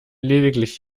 lediglich